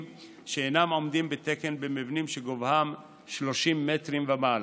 שאינם עומדים בתקן במבנים שגובהם 30 מטרים ומעלה.